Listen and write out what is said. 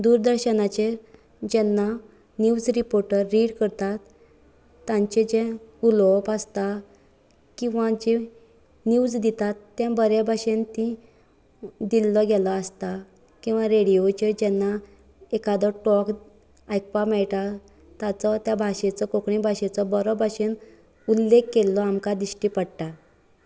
दुरदर्शनाचेर जेन्ना news reporter read करतात तांचे जे उलोवप आसता किंवां जे निव्ज दितात तें बरे बशेन ती दिल्लो गेलो आसता किंवां रेडिओचेर जेन्ना एकादो टॉक आयकपाक मेळटा ताचो त्या भाशेचो कोंकणी भाशेचो बरो बशेन उल्लेख केल्लो आमकां दिश्टी पडटा